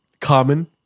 Common